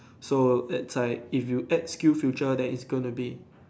so it's like if you add skill future then it's gonna be